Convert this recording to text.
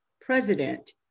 president